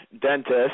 dentist